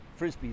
frisbees